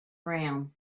round